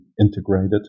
integrated